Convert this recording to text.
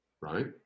Right